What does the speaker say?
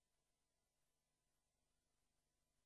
לקריאה שנייה ולקריאה שלישית,